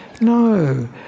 No